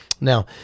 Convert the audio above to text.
Now